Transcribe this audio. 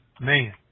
man